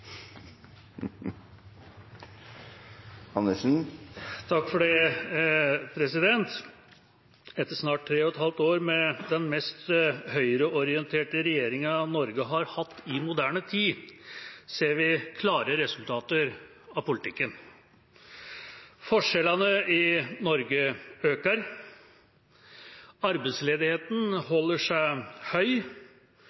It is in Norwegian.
et halvt år med den mest høyreorienterte regjeringa Norge har hatt i moderne tid, ser vi klare resultater av politikken: Forskjellene i Norge øker. Arbeidsledigheten